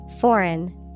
foreign